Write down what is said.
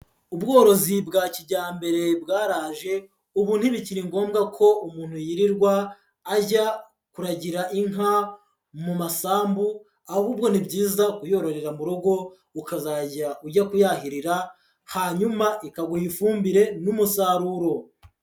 Ubworozi bwa kijyambere bwaraje, ubu ntibikiri ngombwa ko umuntu yirirwa ajya kuragira inka mu masambu ahubwo ni byiza kuyororera mu rugo ukazajya ujya kuyahirira hanyuma ikaguha ifumbire n'umusaruro.